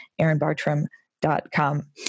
erinbartram.com